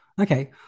Okay